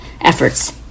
efforts